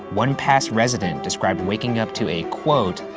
one past resident described waking up to a, quote,